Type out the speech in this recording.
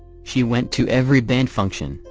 she went to every band function,